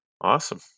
Awesome